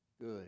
Good